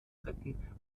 retten